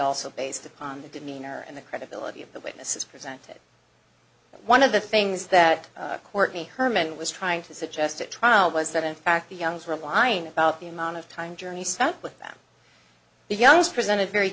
also based upon the demeanor and the credibility of the witnesses presented one of the things that courtney hermann was trying to suggest at trial was that in fact the youngs were lying about the amount of time journey spent with them the youngest presented very